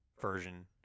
version